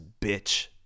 bitch